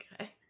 Okay